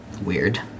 Weird